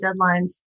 deadlines